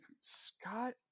Scott